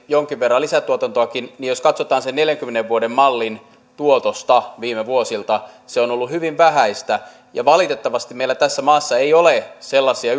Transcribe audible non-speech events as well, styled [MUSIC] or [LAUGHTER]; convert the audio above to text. jonkin verran lisätuotantoakin niin jos katsotaan sen neljänkymmenen vuoden mallin tuotosta viime vuosilta se on ollut hyvin vähäistä valitettavasti meillä tässä maassa ei ole sellaisia [UNINTELLIGIBLE]